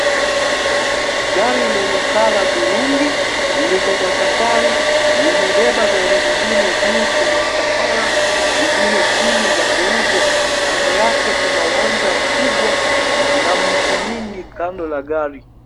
Gari lenye colour turungi liko kwa safari, limebeba gari zingine juu kwenye msafara na zingine chini za kuuzwa. Kando yake kuna uwanja mkubwa na miti mingi kando la gari.